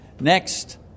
Next